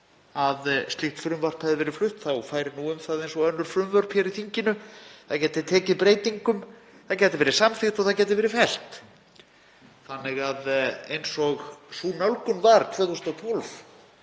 að slíkt frumvarp hefði verið flutt færi um það eins og önnur frumvörp í þinginu; það gæti tekið breytingum, það gæti verið samþykkt og það gæti verið fellt. Eins og sú nálgun var 2012